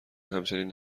همچین